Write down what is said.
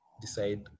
decide